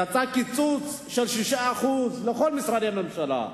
יצא קיצוץ של 6% לכל משרדי הממשלה.